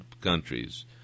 countries